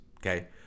Okay